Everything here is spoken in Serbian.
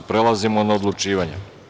Prelazimo na odlučivanje.